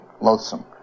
Loathsome